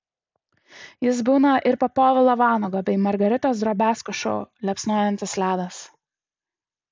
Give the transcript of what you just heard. jis būna ir po povilo vanago bei margaritos drobiazko šou liepsnojantis ledas